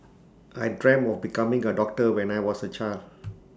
I dreamt of becoming A doctor when I was A child